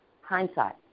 hindsight